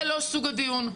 זה לא סוג הדיון,